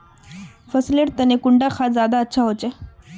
फसल लेर तने कुंडा खाद ज्यादा अच्छा होचे?